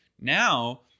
now